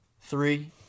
Three